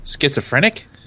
schizophrenic